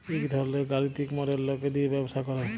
ইক ধরলের গালিতিক মডেল লকে দিয়ে ব্যবসা করে